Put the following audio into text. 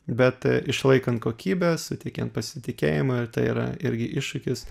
bet išlaikant kokybę suteikiant pasitikėjimą ir tai yra irgi iššūkis